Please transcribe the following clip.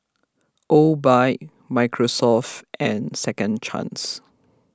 Obike Microsoft and Second Chance